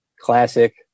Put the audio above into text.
Classic